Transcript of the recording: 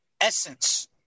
essence